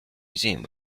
museum